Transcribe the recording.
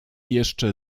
jeszcze